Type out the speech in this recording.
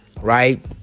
right